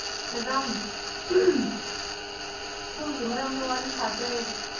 madam ꯁ꯭ꯀꯨꯜꯒꯤ ꯃꯔꯝꯗ ꯋꯥꯔꯤ ꯁꯥꯁꯦ